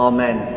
Amen